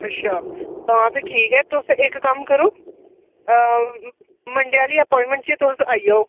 अच्छा तां बी ठीक ऐ तुस इक कम्म करो मंडे आह्ली अपोआइंट मैंट च तुस आई जाओ